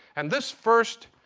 and this first